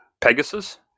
Pegasus